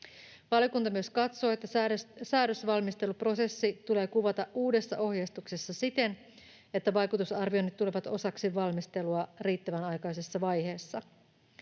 Valiokunta myös katsoo, että säädösvalmisteluprosessi tulee kuvata uudessa ohjeistuksessa siten, että vaikutusarvioinnit tulevat osaksi valmistelua riittävän aikaisessa vaiheessa.